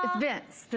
vince,